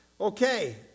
Okay